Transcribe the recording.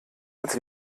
als